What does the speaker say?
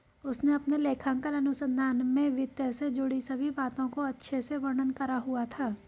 उसने अपने लेखांकन अनुसंधान में वित्त से जुड़ी सभी बातों का अच्छे से वर्णन करा हुआ था